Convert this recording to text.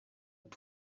neza